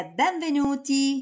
benvenuti